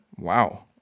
Wow